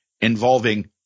involving